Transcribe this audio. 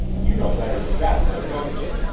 you know better than that, though, don't you?